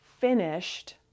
finished